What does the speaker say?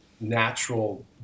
natural